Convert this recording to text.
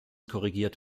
korrigiert